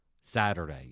Saturday